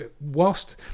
whilst